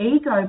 ego